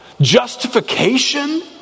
justification